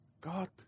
God